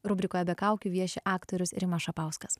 rubrikoje be kaukių vieši aktorius rimas šapauskas